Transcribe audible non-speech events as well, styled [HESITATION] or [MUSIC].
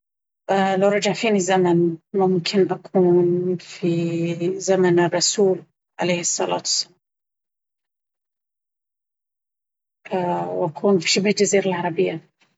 لو رجع فيني الزمن ممكن أكون في زمن الرسول عليه الصلاة والسلام… [HESITATION] وأكون في شبه الجزيرة العربية.